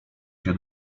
się